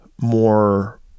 more